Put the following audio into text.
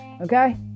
Okay